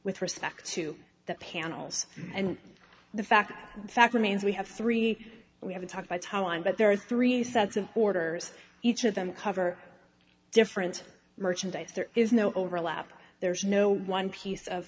with respect to the panels and the fact that the fact remains we have three we haven't talked by to how on but there are three sets of orders each of them cover different merchandise there is no overlap there's no one piece of